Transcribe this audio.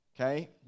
okay